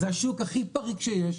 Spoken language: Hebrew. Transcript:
זה השוק הכי פריק שיש,